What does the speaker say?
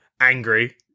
angry